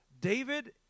David